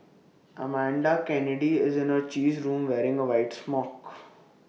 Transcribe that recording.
Amanda Kennedy is in her cheese room wearing A white smock